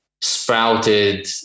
sprouted